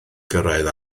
gyrraedd